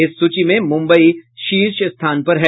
इस सूची में मुम्बई शीर्ष स्थान पर है